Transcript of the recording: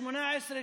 2018,